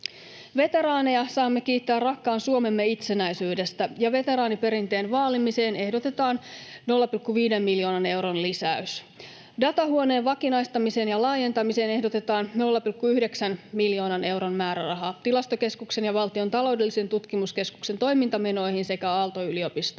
Veteraaneja saamme kiittää rakkaan Suomemme itsenäisyydestä, ja veteraaniperinteen vaalimiseen ehdotetaan 0,5 miljoonan euron lisäystä. Datahuoneen vakinaistamiseen ja laajentamiseen ehdotetaan 0,9 miljoonan euron määrärahaa Tilastokeskuksen ja Valtion taloudellisen tutkimuskeskuksen toimintamenoihin sekä Aalto-yliopistolle.